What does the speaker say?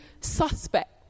suspect